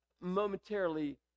momentarily